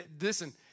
listen